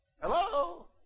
Hello